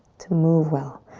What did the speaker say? to move well.